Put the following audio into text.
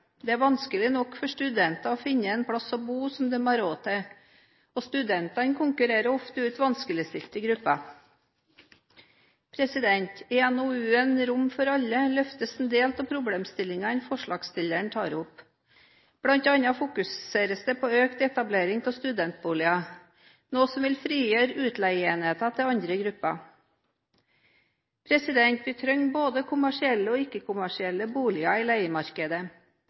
Det er vanskelig nok for studenter å finne et sted å bo som de har råd til, og studentene konkurrerer ofte ut vanskeligstilte grupper. I NOU-en Rom for alle løftes en del av problemstillingene som forslagsstillerne tar opp. Blant annet fokuseres det på økt etablering av studentboliger, noe som vil frigjøre utleieenheter til andre grupper. Vi trenger både kommersielle og ikke-kommersielle boliger i leiemarkedet